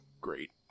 great